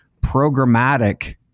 programmatic